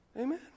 Amen